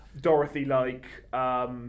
Dorothy-like